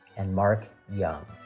and mark young.